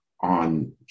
on